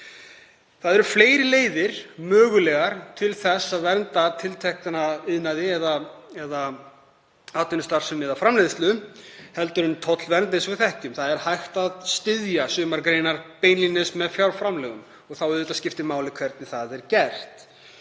Það eru fleiri leiðir mögulegar til þess að vernda tiltekinn iðnað eða atvinnustarfsemi eða framleiðslu heldur en tollvernd eins og við þekkjum. Það er hægt að styðja sumar greinar beinlínis með fjárframlögum og þá skiptir auðvitað máli hvernig það er gert.